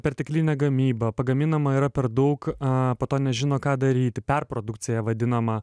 perteklinė gamyba pagaminama yra per daug a po to nežino ką daryti perprodukcija vadinama